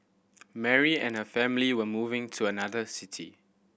Mary and her family were moving to another city